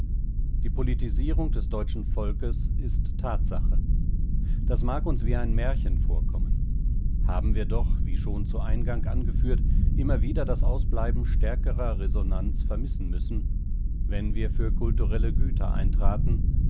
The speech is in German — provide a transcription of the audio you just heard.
die politisierung des deutschen volkes ist tatsache das mag uns wie ein märchen vorkommen haben wir doch wie schon zu eingang angeführt immer wieder das ausbleiben stärkerer resonanz vermissen müssen wenn wir für kulturelle güter eintraten